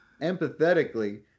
Empathetically